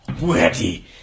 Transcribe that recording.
Ready